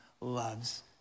loves